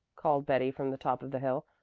called betty from the top of the hill.